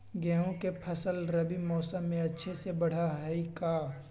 गेंहू के फ़सल रबी मौसम में अच्छे से बढ़ हई का?